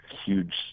huge